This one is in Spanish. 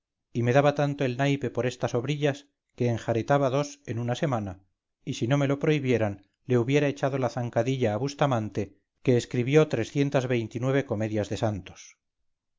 y me daba tanto el naipe por estas obrillas que enjaretaba dos en una semana y si no me lo prohibieran le hubiera echado la zancadilla a bustamante que escribió trescientas veintinueve comedias de santos